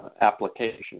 application